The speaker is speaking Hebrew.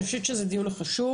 אני חושבת שזה דיון חשוב,